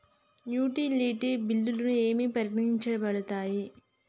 Utility బిల్లులు ఏవి పరిగణించబడతాయి?